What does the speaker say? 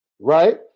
Right